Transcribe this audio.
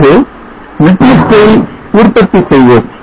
பிறகு netlist ஐ உற்பத்தி செய்வோம்